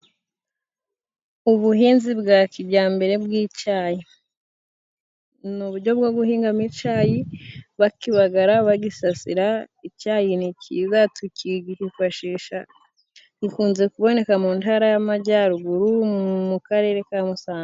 Ubuhinzi bwa kijyambere bw'icyayi ni uburyo bwo guhinga icyayi bakibagara, bagisasira . Icyayi ni kiza gikunze kuboneka mu Ntara y'Amajyaruguru mu karere ka Musanze.